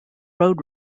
road